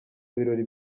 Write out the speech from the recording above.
birori